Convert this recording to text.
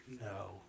no